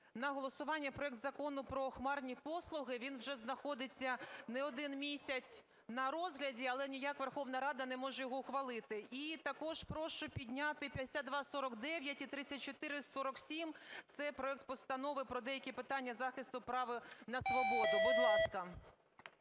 на голосування проект Закону про хмарні послуги. Він вже знаходиться не один місяць на розгляді, але ніяк Верховна Рада не може його ухвалити. І також прошу підняти 5249 і 3447. Це проект Постанови про деякі питання захисту права на свободу, будь ласка.